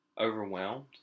overwhelmed